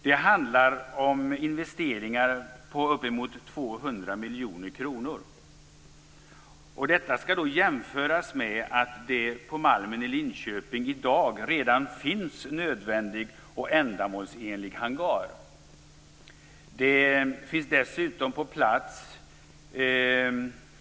Det handlar om investeringar på uppemot 200 miljoner kronor. Detta skall jämföras med att det på Malmen i Linköping i dag redan finns en nödvändig och ändamålsenlig hangar.